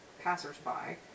passers-by